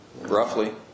Roughly